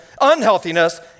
unhealthiness